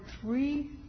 three